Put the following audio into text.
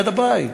ליד הבית.